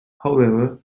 however